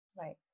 Right